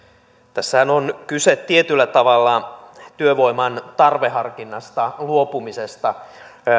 tässähän mitä on esitetty on kyse tietyllä tavalla työvoiman tarveharkinnasta luopumisesta